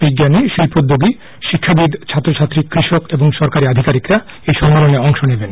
বিজ্ঞানী শিল্পদ্যোগী শিক্ষাবিদ ছাত্র ছাত্রী কৃষক এবং সরকারী আধিকারিকরা এই সন্মেলনে অংশ নেবেন